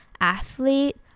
athlete